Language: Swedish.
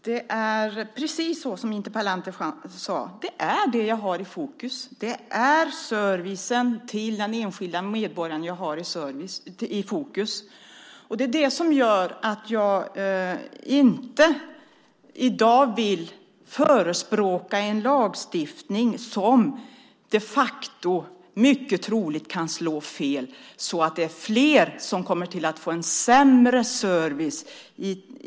Herr talman! Det är precis så som interpellanten sade. Det är det jag har i fokus. Det är servicen till den enskilda medborgaren jag har i fokus. Det är det som gör att jag i dag inte vill förespråka en lagstiftning som de facto, mycket troligt, kan slå fel så att fler kommer att få en sämre service.